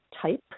type